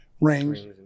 rings